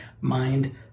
mind